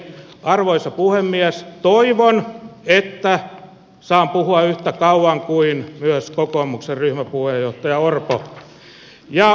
arvoisa puhemies toivon että saan puhua yhtä kauan kuin myös kokoomuksen ryhmäpuheenjohtaja orpo